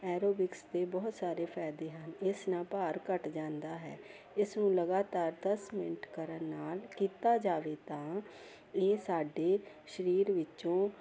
aerobics ਦੇ ਬਹੁਤ ਸਾਰੇ ਫਾਇਦੇ ਆ ਇਸ ਨਾਲ ਭਾਰ ਘੱਟ ਜਾਂਦਾ ਹੈ ਇਸ ਨੂੰ ਲਗਾਤਾਰ ਦਸ ਮਿੰਟ ਕਰਨ ਨਾਲ ਕੀਤਾ ਜਾਵੇ ਤਾਂ ਇਹ ਸਾਡੇ ਸਰੀਰ ਵਿੱਚੋਂ